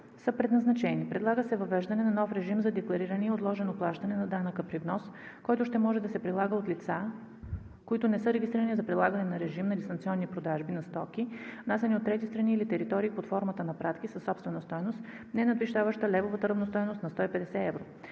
са предназначени. Предлага се въвеждане на нов режим за деклариране и отложено плащане на данъка при внос, който ще може да се прилага от лица, които не са регистрирани за прилагане на режим на дистанционни продажби на стоки, внасяни от трети страни или територии под формата на пратки със собствена стойност, ненадвишаваща левовата равностойност на 150 евро.